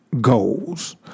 goals